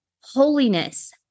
Holiness